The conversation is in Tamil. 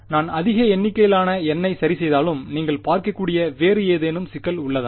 நான் அதிக எண்ணிக்கையிலான N ஐ சரிசெய்தாலும் நீங்கள் பார்க்கக்கூடிய வேறு ஏதேனும் சிக்கல் உள்ளதா